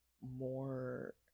more